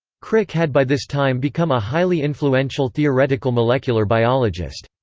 crick had by this time become a highly influential theoretical molecular biologist.